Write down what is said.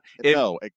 no